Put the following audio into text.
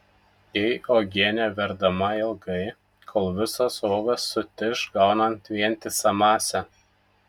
jei uogienė verdama ilgai kol visos uogos sutiš gaunant vientisą masę